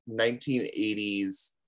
1980s